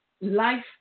life